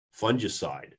fungicide